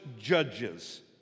judges